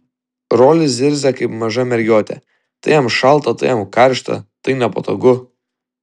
rolis zirzia kaip maža mergiotė tai jam šalta tai jam karšta tai nepatogu